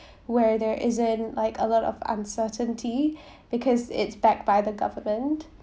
where there isn't like a lot of uncertainty because it's backed by the government